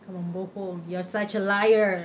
kau membohong you're such a liar